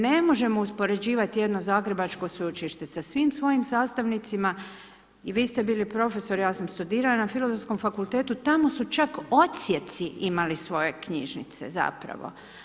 Ne možemo uspoređivati jedno zagrebačko sveučilište sa svim svojim sastavnicima i vi ste bili profesor, ja sam studirala na Filozofskom fakultetu, tamo su čak odsjeci imali svoje knjižnice zapravo.